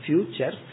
Future